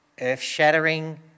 earth-shattering